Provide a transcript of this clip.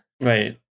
Right